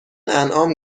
انعام